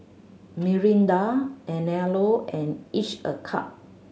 Mirinda Anello and Each a Cup